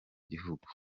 gihugu